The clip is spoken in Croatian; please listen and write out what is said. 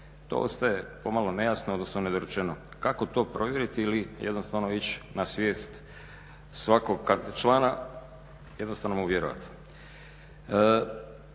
To ostaje pomalo nejasno odnosno nedorečeno. Kako to provjeriti ili jednostavno ići na svijest svakog člana, jednostavno mu vjerovati.